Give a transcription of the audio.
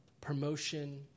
promotion